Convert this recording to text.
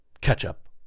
ketchup